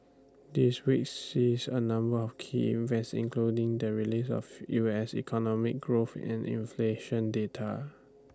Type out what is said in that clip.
this week sees A number of key events including the release of U S economic growth and inflation data